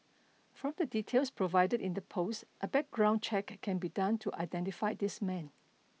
from the details provided in the post a background check can be done to identify this man